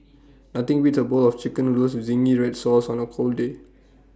nothing beats A bowl of Chicken Noodles with Zingy Red Sauce on A cold day